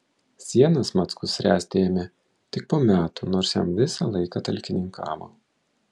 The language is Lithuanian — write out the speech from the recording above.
sienas mackus ręsti ėmė tik po metų nors jam visą laiką talkininkavo